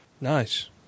Nice